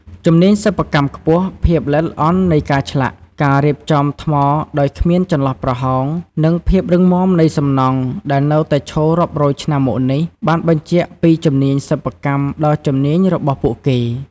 ជំនាញសិប្បកម្មខ្ពស់ ភាពល្អិតល្អន់នៃការឆ្លាក់ ការរៀបចំថ្មដោយគ្មានចន្លោះប្រហោង និងភាពរឹងមាំនៃសំណង់ដែលនៅតែឈររាប់រយឆ្នាំមកនេះ បានបញ្ជាក់ពីជំនាញសិប្បកម្មដ៏ជំនាញរបស់ពួកគេ។